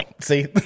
See